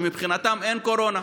שמבחינתם אין קורונה,